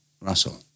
Russell